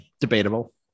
Debatable